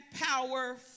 power